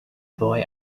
boy